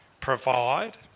provide